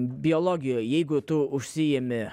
biologijoj jeigu tu užsiimi